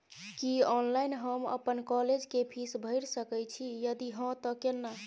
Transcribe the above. की online हम अपन college के फीस भैर सके छि यदि हाँ त केना?